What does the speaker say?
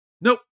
Nope